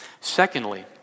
Secondly